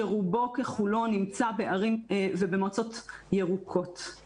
שרובו ככולו נמצא בערים ובמועצות ירוקות.